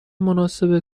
مناسب